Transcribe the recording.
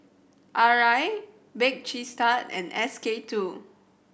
Arai Bake Cheese Tart and S K Two